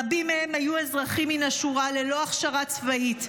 רבים מהם היו אזרחים מן השורה, ללא הכשרה צבאית.